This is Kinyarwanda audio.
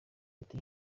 ati